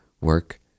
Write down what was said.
work